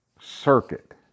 circuit